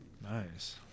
Nice